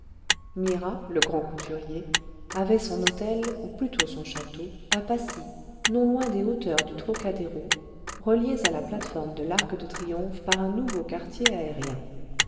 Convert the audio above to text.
mira le grand couturier avait son hôtel ou plutôt son château à passy non loin des hauteurs du trocadéro reliées à la plate-forme de l'arc de triomphe par un nouveau quartier aérien